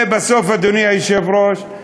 ובסוף, אדוני היושב-ראש,